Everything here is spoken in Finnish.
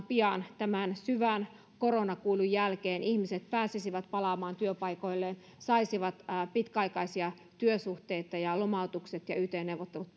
pian tämän syvän koronakuilun jälkeen ihmiset pääsisivät palaamaan työpaikoilleen saisivat pitkäaikaisia työsuhteita ja ja lomautukset ja yt neuvottelut